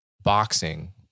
boxing